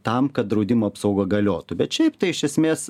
tam kad draudimo apsauga galiotų bet šiaip tai iš esmės